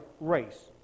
race